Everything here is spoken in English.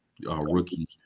rookie